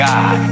God